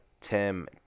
tim